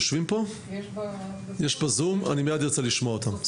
הם בזום, מייד ארצה לשמוע אותם.